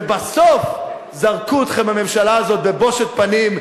ובסוף זרקו אתכם מהממשלה הזאת בבושת פנים,